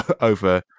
over